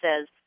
says